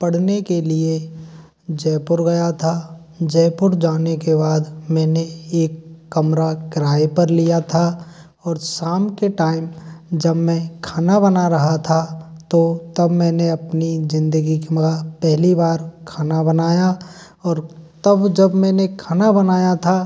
पढ़ने के लिए जयपुर गया था जयपुर जाने के वाद मैंने एक कमरा किराये पर लिया था और शाम के टाइम जब मैं खाना बना रहा था तो तब मैंने अपनी ज़िन्दगी की पहली बार खाना बनाया और तब जब मैंने खाना बनाया था